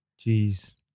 Jeez